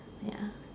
ya